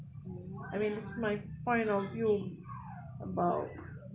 I mean that's my point of view about